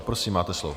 Prosím, máte slovo.